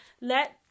let